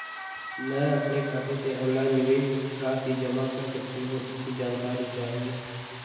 मैं अपने खाते से ऑनलाइन निवेश राशि जमा कर सकती हूँ इसकी जानकारी चाहिए?